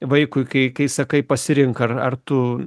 vaikui kai kai sakai pasirink ar ar tu